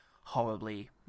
horribly